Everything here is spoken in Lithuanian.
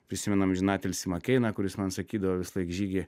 prisimenu amžinatilsį makeiną kuris man sakydavo visąlaik žygi